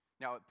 Now